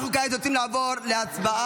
אנחנו כעת רוצים לעבור להצבעה.